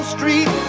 Street